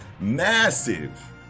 massive